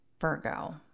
Virgo